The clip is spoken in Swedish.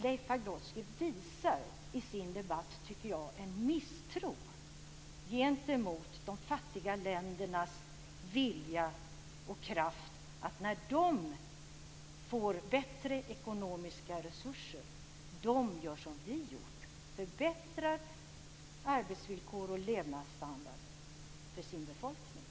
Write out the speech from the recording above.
Leif Pagrotsky visar i debatten, tycker jag, en misstro gentemot de fattiga ländernas vilja och kraft att när man får bättre ekonomiska resurser göra som vi gjort: förbättra arbetsvillkor och levnadsstandard för sin befolkning.